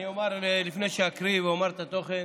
לפני שאקריא ואומר את התוכן,